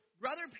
brother